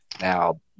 Now